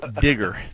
digger